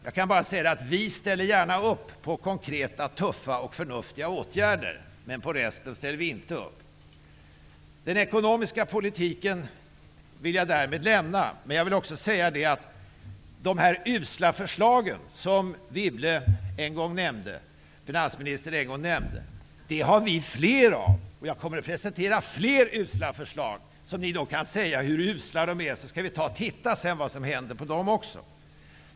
Jag kan bara säga att vi gärna ställer upp på konkreta, tuffa och förnuftiga åtgärder men inte på resten. Jag skall därmed lämna den ekonomiska politiken. Jag vill bara nämna att vi har flera sådana förslag som de som finansministern kallade usla. Jag kommer att presentera fler usla förslag. Ni kan ju då berätta hur usla de är, så skall vi sedan följa upp vad som händer på de punkterna också.